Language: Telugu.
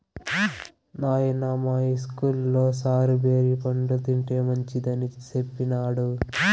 నాయనా, మా ఇస్కూల్లో సారు బేరి పండ్లు తింటే మంచిదని సెప్పినాడు